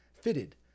fitted